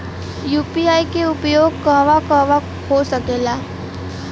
UPI के उपयोग कहवा कहवा हो सकेला?